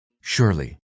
Surely